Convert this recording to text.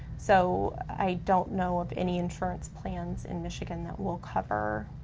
so i don't know of any insurance plans in michigan that will cover